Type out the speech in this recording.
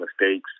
mistakes